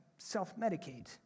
self-medicate